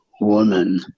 woman